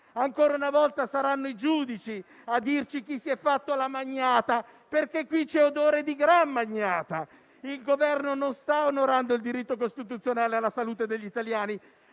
Ancora una volta saranno i giudici a dirci chi si è fatto la «magnata» perché qui c'è odore di gran «magnata». Il Governo non sta onorando il diritto costituzionale alla salute degli italiani,